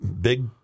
Big